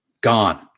gone